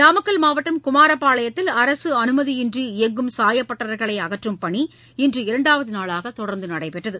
நாமக்கல் மாவட்டம் குமாரபாளையத்தில் அரசு அனுமதியின்றி இயங்கும் சாயப்பட்டறைகளை அகற்றும் பணி இன்று இரண்டாவது நாளாக தொடர்ந்து நடைபெற்று வருகிறது